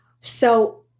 So-